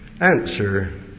Answer